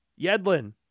Yedlin